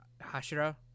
Hashira